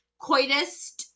coitus